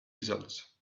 results